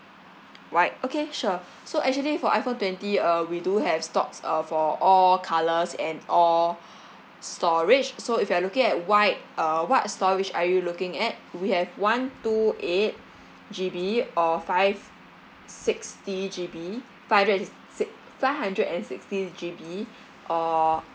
white okay sure so actually for iphone twenty uh we do have stocks uh for all colours and all storage so if you are looking at white uh what storage are you looking at we have one two eight G_B or five sixty G_B five hundred and si~ five hundred and sixty G_B or